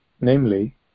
Namely